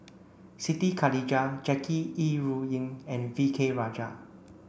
Siti Khalijah Jackie Yi Ru Ying and V K Rajah